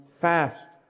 fast